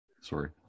Sorry